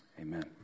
Amen